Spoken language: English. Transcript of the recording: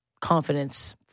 confidence